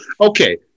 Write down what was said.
Okay